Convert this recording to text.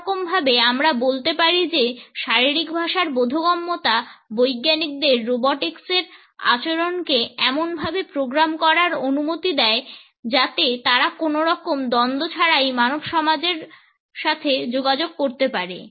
এক রকম ভাবে আমরা বলতে পারি যে শারীরিক ভাষার বোধগম্যতা বৈজ্ঞানিকদের রোবটিক্সের আচরণকে এমনভাবে প্রোগ্রাম করার অনুমতি দেয় যাতে তারা কোন রকম দ্বন্দ্ব ছাড়াই মানব সমাজের সাথে যোগাযোগ করতে পারে